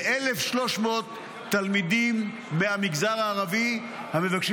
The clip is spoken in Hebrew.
ו-1,300 תלמידים מהמגזר הערבי המבקשים